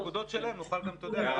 נקודות שהועלו, שנוכל גם לשאול.